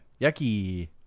yucky